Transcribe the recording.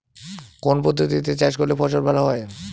কোন পদ্ধতিতে চাষ করলে ফসল ভালো হয়?